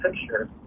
picture